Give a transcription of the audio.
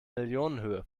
millionenhöhe